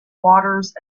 waters